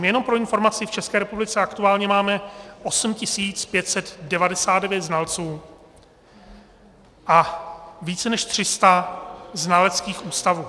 Jenom pro informaci, v České republice aktuálně máme 8 599 znalců a více než 300 znaleckých ústavů.